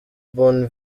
bonne